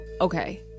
Okay